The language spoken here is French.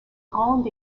grandes